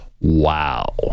wow